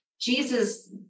Jesus